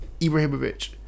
Ibrahimovic